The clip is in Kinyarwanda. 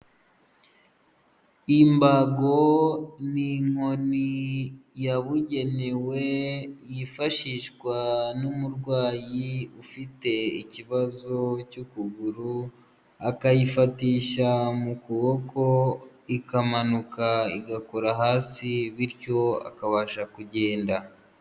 Imbago ni inkoni yabugenewe yifashishwa n'umurwayi ufite ikibazo cy'ukuguru, akayifatisha mu kuboko ikamanuka igakora hasi bityo akabasha kugenda.